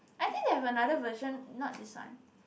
I think they have another version not this one